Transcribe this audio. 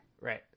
Right